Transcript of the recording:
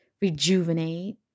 rejuvenate